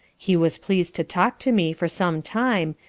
he was pleased to talk to me for some time,